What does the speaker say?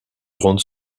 grande